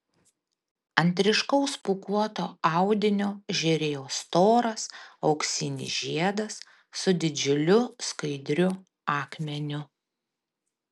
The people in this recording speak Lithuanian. ant ryškaus pūkuoto audinio žėrėjo storas auksinis žiedas su didžiuliu skaidriu akmeniu